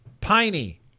piney